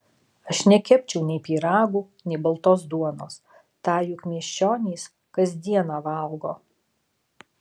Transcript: aš nekepčiau nei pyragų nei baltos duonos tą juk miesčionys kas dieną valgo